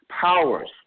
powers